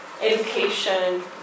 education